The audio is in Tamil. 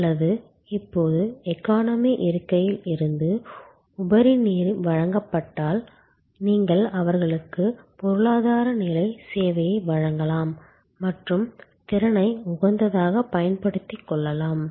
அல்லது இப்போது எகானமி இருக்கையில் இருந்து உபரிநீர் வழங்கப்பட்டால் நீங்கள் அவர்களுக்கு பொருளாதார நிலை சேவையை வழங்கலாம் மற்றும் திறனை உகந்ததாகப் பயன்படுத்திக் கொள்ளலாம்